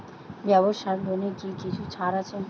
ব্যাবসার লোনে কি কিছু ছাড় আছে?